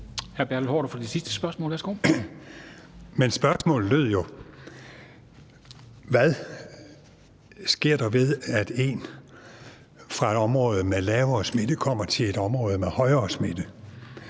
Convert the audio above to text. Kl. 13:33 Bertel Haarder (V): Men spørgsmålet lød jo: Hvad sker der ved, at en fra et område med lavere smitte kommer til et område med højere smitte?